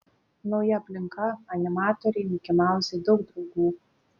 nauja aplinka animatoriai mikimauzai daug draugų